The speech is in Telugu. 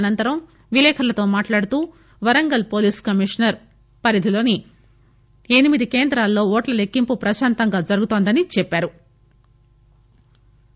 అనంతరం విలేకరులతో మాట్లాడుతూ వరంగల్ పోలీస్ కమిషనర్ పరిదిలోని ఎనిమిది కేంద్రాల్లో ఓట్ల లెక్కింపు ప్రశాంతంగా జరుగుతోందని చెప్పారు